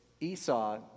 Esau